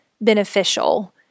beneficial